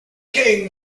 cain